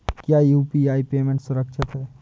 क्या UPI payment सुरक्षित है?